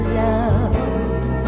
love